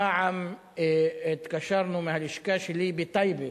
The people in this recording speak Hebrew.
פעם התקשרנו מהלשכה שלי בטייבה,